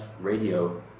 Radio